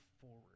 forward